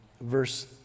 verse